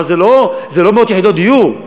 זה לא מאות יחידות דיור.